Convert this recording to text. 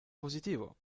positivo